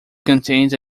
contains